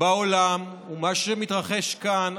בעולם ומה שמתרחש כאן,